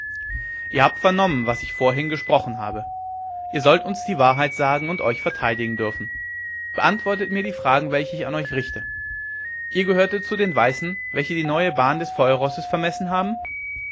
ihr habt vernommen was ich vorhin gesprochen habe ihr sollt uns die wahrheit sagen und euch verteidigen dürfen beantwortet mir die fragen welche ich an euch richte ihr gehörtet zu den weißen welche die neue bahn des feuerrosses vermessen haben